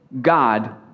God